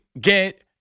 get